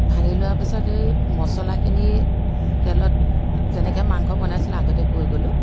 ভাঙি লোৱাৰ পাছত এই মচলাখিনি তেলত যেনেকৈ মাংস বনাইছিলোঁ আগতে কৈ গ'লোঁ